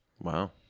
Wow